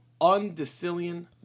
undecillion